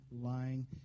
lying